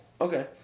okay